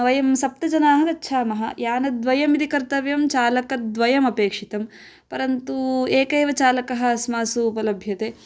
वयं सप्त जनाः गच्छामः यानद्वयं यदि कर्तव्यं चालकद्वयम् अपेक्षितं परन्तू एकः एव चालकः अस्मासु उपलभ्यते